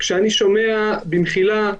כשאני שומע, במחילה,